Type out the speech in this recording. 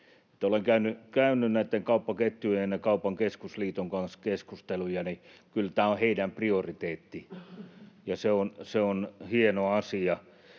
Olen käynyt kauppaketjujen ja Kaupan Keskusliiton kanssa keskusteluja, ja kyllä tämä on heidän prioriteettinsa, ja se on hieno asia.